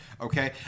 Okay